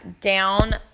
down